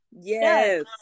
Yes